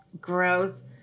gross